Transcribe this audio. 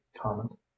comment